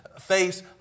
face